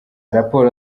raporo